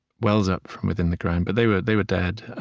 wells up from within the ground. but they were they were dead.